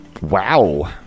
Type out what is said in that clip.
Wow